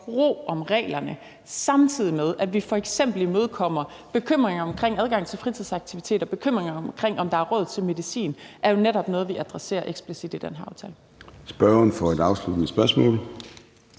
ro om reglerne, samtidig med at vi f.eks. imødekommer bekymringer om adgang til fritidsaktiviteter og bekymringer om, om der er råd til medicin; det er jo netop noget, vi adresserer eksplicit i den her aftale. Kl. 13:37 Formanden (Søren